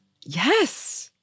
Yes